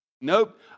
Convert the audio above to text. nope